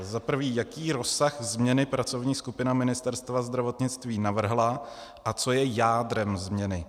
Za prvé, jaký rozsah změny pracovní skupina Ministerstva zdravotnictví navrhla a co je jádrem změny.